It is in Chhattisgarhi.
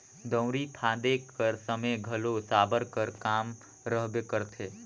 दउंरी फादे कर समे घलो साबर कर काम रहबे करथे